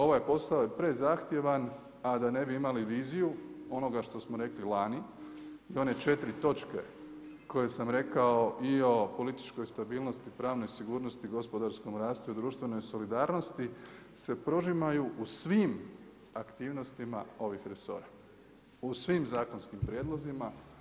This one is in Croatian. Ovaj posao je prezahtjevan a da ne bi imali viziju onoga što smo rekli lani, to je one 4. točke koje sam rekao i o političkoj stabilnosti, pravnoj sigurnosti i gospodarskom rastu i društvenoj solidarnosti se prožimaju u svim aktivnostima ovih resora, u svim zakonskim prijedlozima.